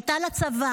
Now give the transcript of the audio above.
הייתה לה צוואה,